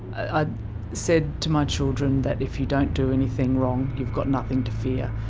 ah said to my children that if you don't do anything wrong, you've got nothing to fear.